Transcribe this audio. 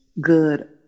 good